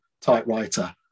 typewriter